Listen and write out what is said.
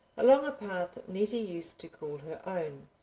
along a path nettie used to call her own.